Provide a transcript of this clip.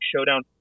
Showdown